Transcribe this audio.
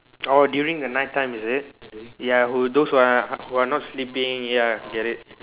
orh during the night time is it ya who those who are who are not sleeping ya I get it